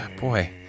boy